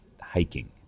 hiking